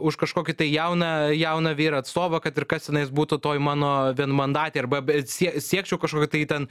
už kažkokį tai jauną jauną vyrą atstovą kad ir kas tenais būtų toj mano vienmandatėj arba b sie siekčiau kažkokio tai ten